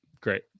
Great